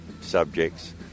subjects